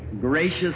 Gracious